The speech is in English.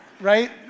Right